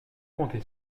compter